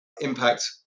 impact